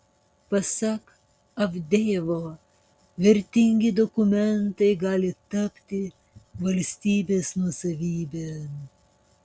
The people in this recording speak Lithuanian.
pasak avdejevo vertingi dokumentai gali tapti valstybės nuosavybe